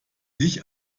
sich